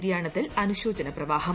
നിര്യാണത്തിൽ അനുശോചന പ്രവാഹം